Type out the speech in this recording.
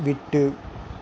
விட்டு